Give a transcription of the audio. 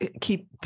keep